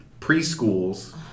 preschools